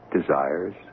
Desires